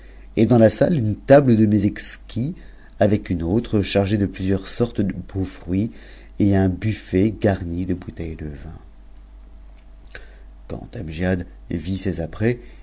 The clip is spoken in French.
et dans ïa salle une table de mets exquis avec une tre chargée de plusieurs sortes de beaux fruits et un buffet garni de bouteilles de vin quand amgiad vit ces